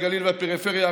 הגליל והפריפריה,